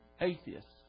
atheists